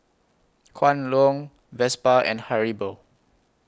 Kwan Loong Vespa and Haribo